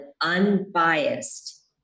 unbiased